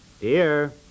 Dear